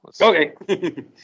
Okay